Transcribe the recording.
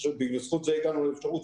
בזכות זה הייתה לנו אפשרות.